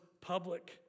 public